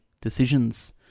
decisions